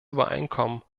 übereinkommen